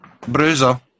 Bruiser